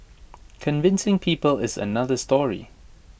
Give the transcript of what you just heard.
convincing people is another story